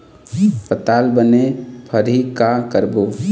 पताल बने फरही का करबो?